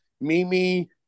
Mimi